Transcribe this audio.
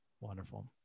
Wonderful